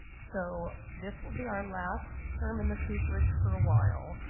so, this will be our last term in the cooperage for a while.